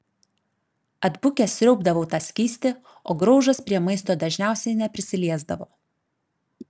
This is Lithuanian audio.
atbukęs sriaubdavau tą skystį o graužas prie maisto dažniausiai neprisiliesdavo